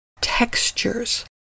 textures